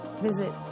visit